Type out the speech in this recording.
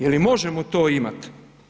Jeli možemo to imati?